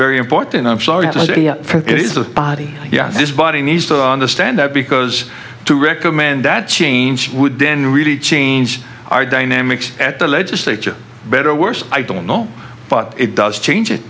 very important i'm sorry it is the body yes this body needs to understand that because to recommend that change would then really change our dynamics at the legislature better or worse i don't know but it does change it